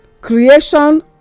creation